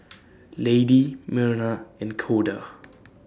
Lady Myrna and Koda